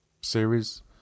series